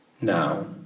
now